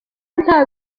nta